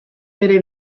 bere